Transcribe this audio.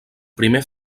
primer